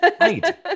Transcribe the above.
Right